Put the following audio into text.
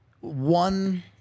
one